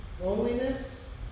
Loneliness